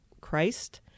Christ